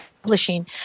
Publishing